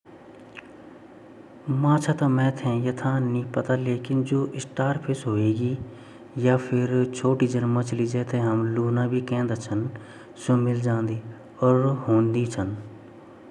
मेरा अंदाज़ मा हमारा देश मा करीबन-करीबन लाखो मछलियाँ वोली जन की हमा गढ़वाल मा ता भोत छोटी-छोटी मछलिआ वोन्दि ढोकु छिन ार माछा छिन छोटा-छोटा अर वैट पकेते हम भोत टेस्टी से पकेते खानद।